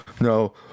No